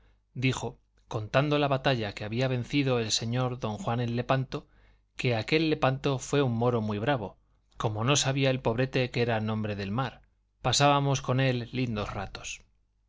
dijo contando la batalla que había vencido el señor don juan en lepanto que aquel lepanto fue un moro muy bravo como no sabía el pobrete que era nombre del mar pasábamos con él lindos ratos